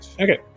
okay